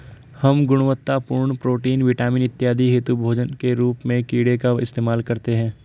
हम गुणवत्तापूर्ण protein, vitamin इत्यादि हेतु भोजन के रूप में कीड़े का इस्तेमाल करते हैं